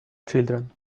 children